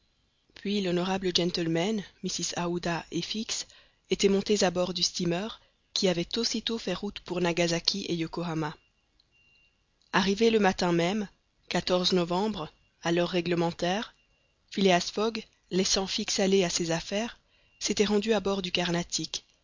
puis l'honorable gentleman mrs aouda et fix étaient montés à bord du steamer qui avait aussitôt fait route pour nagasaki et yokohama arrivé le matin même novembre à l'heure réglementaire phileas fogg laissant fix aller à ses affaires s'était rendu à bord du carnatic